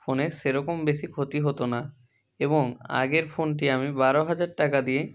ফোনের সেরকম বেশি ক্ষতি হতো না এবং আগের ফোনটি আমি বারো হাজার টাকা দিয়ে